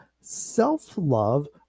self-love